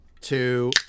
two